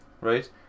right